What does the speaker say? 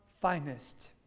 finest